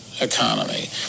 economy